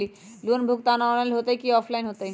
Loan भुगतान online होतई कि ऑफलाइन होतई?